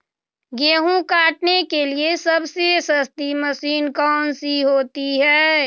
गेंहू काटने के लिए सबसे सस्ती मशीन कौन सी होती है?